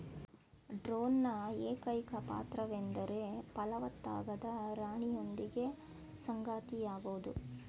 ಡ್ರೋನ್ನ ಏಕೈಕ ಪಾತ್ರವೆಂದರೆ ಫಲವತ್ತಾಗದ ರಾಣಿಯೊಂದಿಗೆ ಸಂಗಾತಿಯಾಗೋದು